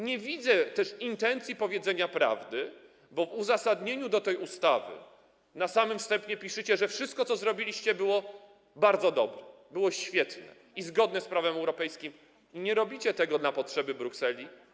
Nie widzę też intencji powiedzenia prawdy, bo w uzasadnieniu tej ustawy na samym wstępie piszecie, że wszystko, co zrobiliście, było bardzo dobre, było świetne i zgodne z prawem europejskim, i nie robicie tego na potrzeby Brukseli.